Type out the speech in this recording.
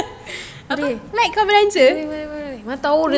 boleh boleh boleh mana tahu rezeki